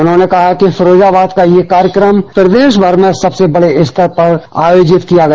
उन्होंने कहा कि फिरोजाबाद का यह कार्यक्रम प्रदेश भर में सबसे बड़े स्तर पर आयोजित किया गया